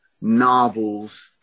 novels